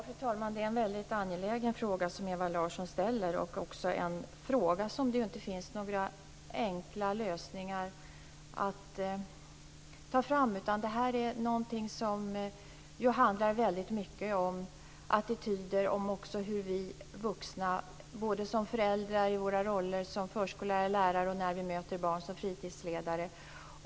Fru talman! Det är en väldigt angelägen fråga som Ewa Larsson ställer, och också en fråga där det inte finns några enkla lösningar att ta fram. Detta är någonting som handlar väldigt mycket om attityder och också om hur vi vuxna agerar både som föräldrar och i våra roller som förskollärare, lärare och fritidsledare.